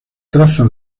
traza